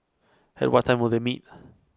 at what time will they meet